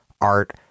art